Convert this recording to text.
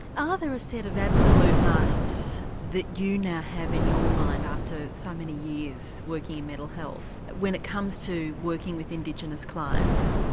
ah there a set of absolute musts that you now have in your mind after so many years working in mental health, when it comes to working with indigenous clients?